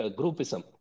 groupism